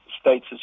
states